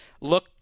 look